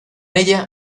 ella